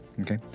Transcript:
Okay